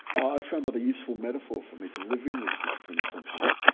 i found that a useful metaphor for me to living with schizophrenia sometimes.